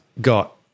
got